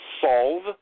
solve